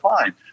fine